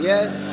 Yes